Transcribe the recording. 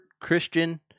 Christian